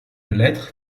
lettre